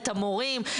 את המורים,